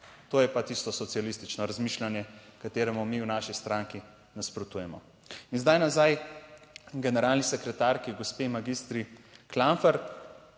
To je pa tisto socialistično razmišljanje, kateremu mi v naši stranki nasprotujemo. In zdaj nazaj k generalni sekretarki, gospe magistri Klampfer.